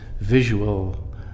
visual